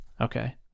Okay